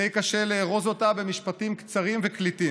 די קשה לארוז אותה במשפטים קצרים וקליטים,